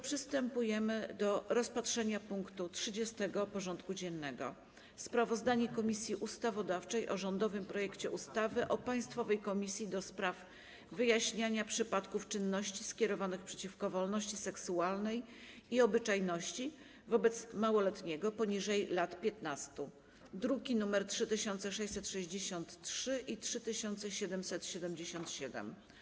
Przystępujemy do rozpatrzenia punktu 30. porządku dziennego: Sprawozdanie Komisji Ustawodawczej o rządowym projekcie ustawy o Państwowej Komisji do spraw wyjaśniania przypadków czynności skierowanych przeciwko wolności seksualnej i obyczajności, wobec małoletniego poniżej lat 15 (druki nr 3663 i 3777)